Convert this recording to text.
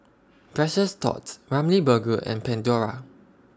Precious Thots Ramly Burger and Pandora